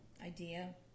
idea